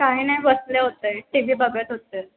काही नाही बसले होते टी वी बघत होते